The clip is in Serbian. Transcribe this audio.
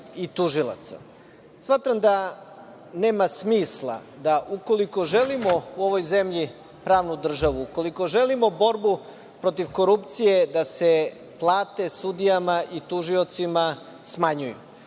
i tužilaca. Smatram da nema smisla da ukoliko želimo u ovoj zemlji pravu državu, ukoliko želimo borbu protiv korupcije da se plate sudijama i tužiocima smanjuju. Vi